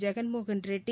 Jaganmohan Reddy